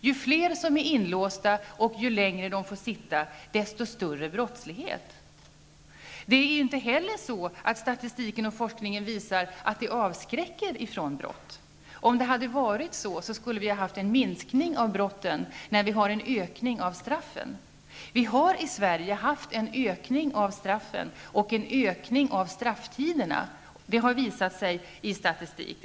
Ju fler som är inlåsta och ju längre de får sitta, desto större blir brottsligheten. Statistiken och forskningen visar inte heller att detta avskräcker från brott. Om det hade varit så skulle det ha skett en minskning av antalet brott när det har skett en ökning av antalet straff. Det har i Sverige skett en ökning av antalet straff och en förlängning av strafftiderna. Det har visats i statistik.